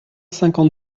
cinquante